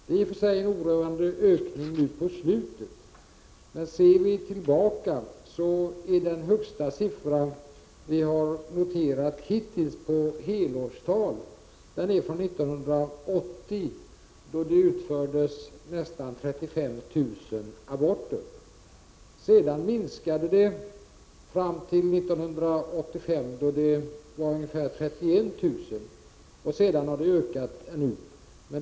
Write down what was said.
Det är i och för sig en oroande ökning nu, men om vi ser tillbaka finner vi att det högsta helårstalet hittills har noterats 1980, då det utfördes nästan 35 000 aborter. Sedan minskade antalet fram till 1985, då det utfördes ungefär 31000 aborter. Därefter har antalet ökat.